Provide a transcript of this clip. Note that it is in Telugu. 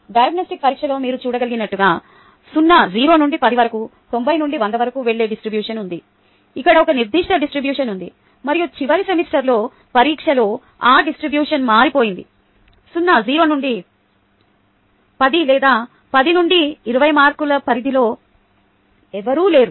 డయాగ్నొస్టిక్ పరీక్షలో మీరు చూడగలిగినట్లుగా 0 నుండి 10 వరకు 90 నుండి 100 వరకు వెళ్ళే డిస్ట్రిబ్యూషన్ ఉంది ఇక్కడ ఒక నిర్దిష్ట డిస్ట్రిబ్యూషన్ ఉంది మరియు చివరి సెమిస్టర్ పరీక్షలో ఆ డిస్ట్రిబ్యూషన్ మారిపోయింది 0 నుండి 10 లేదా 10 నుండి 20 మార్క్ పరిధిలో ఎవరూ లేరు